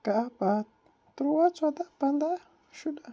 کَہہ بَہہ تُرٛواہ ژۄداہ پنٛداہ شُراہ